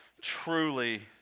truly